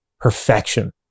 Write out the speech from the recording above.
perfection